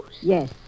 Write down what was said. Yes